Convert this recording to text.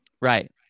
Right